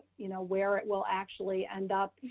you know, where it will actually end up,